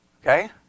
Okay